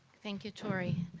thank you, torrey.